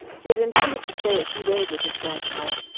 he had intended to stay a few days with his grandfather,